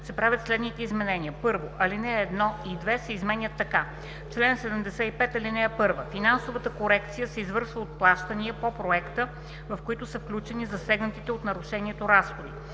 се правят следните изменения: 1. Алинеи 1 и 2 се изменят така: „Чл. 75. (1) Финансовата корекция се извършва от плащания по проекта, в които са включени засегнатите от нарушението разходи.